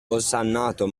osannato